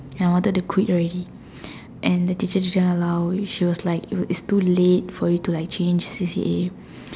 and I wanted to quit already and the teacher didn't allow it she was like it's too late for you to like change C_C_A